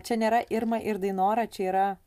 čia nėra irma ir dainora čia yra